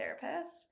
therapist